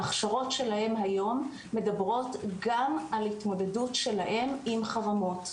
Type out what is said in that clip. ההכשרות שלהם היום מדברות גם על התמודדות שלהם עם חרמות,